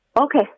Okay